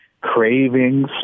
cravings